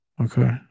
Okay